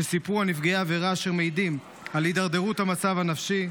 שסיפרו על נפגעי עבירה אשר מעידים על הידרדרות המצב הנפשי,